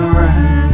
right